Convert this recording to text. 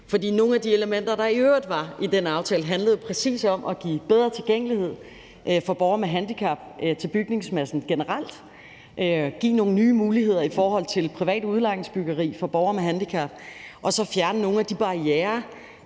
For nogle af de elementer, der i øvrigt var i den aftale, handlede præcis om at give bedre tilgængelighed for borgere med handicap til bygningsmassen generelt, give nogle nye muligheder i forhold til privat udlejningsbyggeri for borgere med handicap og så fjerne nogle af de barrierer,